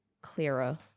clearer